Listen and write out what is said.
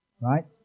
right